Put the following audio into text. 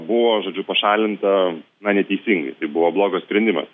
buvo žodžiu pašalinta na neteisingai tai buvo blogas sprendimas